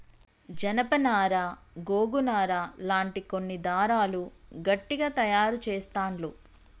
జానప నారా గోగు నారా లాంటి కొన్ని దారాలు గట్టిగ తాయారు చెస్తాండ్లు